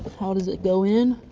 how does it go in?